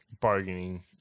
bargaining